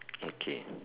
okay